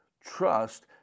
Trust